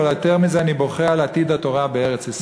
אבל יותר מזה אני בוכה על עתיד התורה בארץ-ישראל.